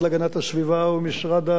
משרד האוצר,